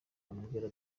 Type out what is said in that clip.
amubwira